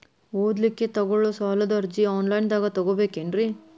ಓದಲಿಕ್ಕೆ ತಗೊಳ್ಳೋ ಸಾಲದ ಅರ್ಜಿ ಆನ್ಲೈನ್ದಾಗ ತಗೊಬೇಕೇನ್ರಿ?